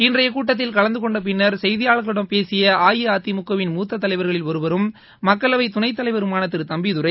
இன்றைய கூட்டத்தில் கலந்துகொண்டபின்னர் செய்தியாளர்களிடம் பேசிய அஇஅதிமுக வின் மூத்த தலைவர்களில் ஒருவரும் மக்களவை துணைத்தலைவருமான திரு தம்பிதுரை